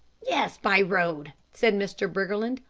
yes, by road, said mr. briggerland,